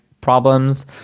problems